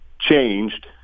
changed